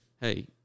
hey